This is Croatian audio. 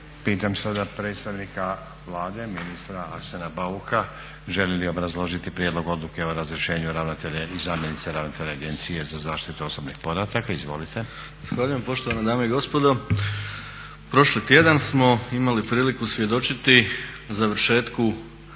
Pitam sada predstavnika Vlade ministra Arsena Bauka želi li obrazložiti prijedlog odluke o razrješenju ravnatelja i zamjenice ravnatelja agencije za zaštitu osobnih podataka. Izvolite. **Bauk, Arsen (SDP)** Zahvaljujem poštovane dame i gospodo. Prošli tjedan smo imali priliku svjedočiti završetku